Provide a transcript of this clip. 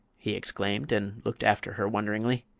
he exclaimed, and looked after her wonderingly.